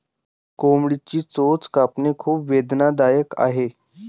कोंबडीची चोच कापणे खूप वेदनादायक आहे